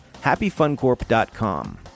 HappyFunCorp.com